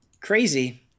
Crazy